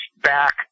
back